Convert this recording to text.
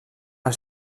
els